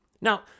Now